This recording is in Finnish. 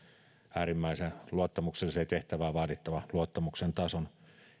äärimmäisen luottamukselliseen tehtävään vaadittavan luottamuksen tason